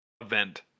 event